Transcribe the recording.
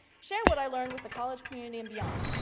share what i learned with the college community and beyond.